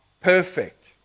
perfect